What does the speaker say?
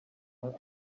her